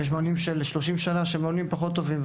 ויש מאמנים של 30 שנה שהם מאמנים פחות טובים,